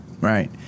right